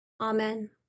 Amen